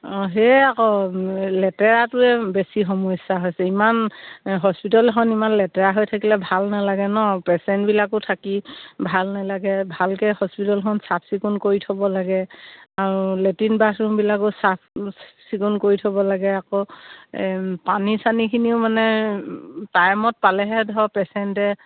অঁ সেয়ে আকৌ লেতেৰাটোৱে বেছি সমস্যা হৈছে ইমান হস্পিটেলখন ইমান লেতেৰা হৈ থাকিলে ভাল নালাগে ন পেচেণ্টবিলাকো থাকি ভাল নেলাগে ভালকে হস্পিটেলখন চাফ চিকুণ কৰি থ'ব লাগে আৰু লেট্ৰিন বাথৰুমবিলাকো চাফ চিকুণ কৰি থ'ব লাগে আকৌ পানী চানীখিনিও মানে টাইমত পালেহে ধৰক পেচেণ্টে